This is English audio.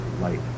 light